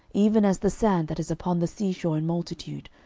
even as the sand that is upon the sea shore in multitude,